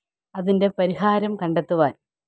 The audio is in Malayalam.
അതിൻ്റെ പരിഹാരം കണ്ടെത്തുവാൻ